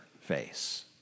face